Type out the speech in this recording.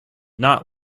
not